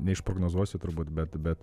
neišprognozuosiu turbūt bet bet